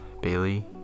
Bailey